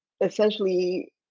essentially